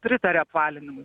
pritaria apvalymui